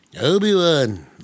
Obi-Wan